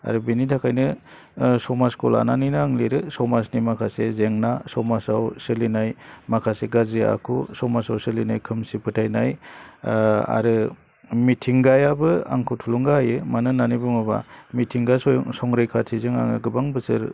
आरो बेनि थाखायनो समाजखौ लानानै आं लिरो समाजनि माखासे जेंना समाजआव सोलिनाय माखासे गाज्रि आखु समाजाव सोलिनाय खोमसि फोथायनाय आरो मिथिंगायाबो आंखौ थुलुंगा हायो मानो होन्नानै बुङोब्ला मिथिंगा संंरैखाथिजों आङो गोबां बोसोर